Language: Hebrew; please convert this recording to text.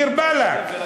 דיר באלכ.